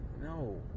No